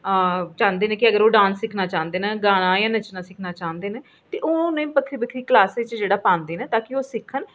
चाहंदे न कि अगर ओह् डांस सिक्खना चाहंदे न जां नच्चना सिक्खना चाहंदे न ते ओह् बक्खरे बक्खरे क्लॉसे च जेह्ड़ा पांदे न ताकी ओह् सिक्खी सकन